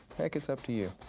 heck, it's up to you.